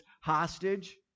hostage